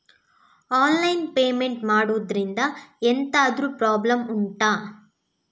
online payment ಮಾಡುದ್ರಿಂದ ಎಂತಾದ್ರೂ problem ಉಂಟಾ